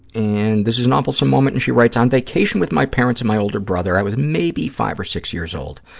and this is an awfulsome moment, and she writes, on vacation with my parents and my older brother, i was maybe five or six years old.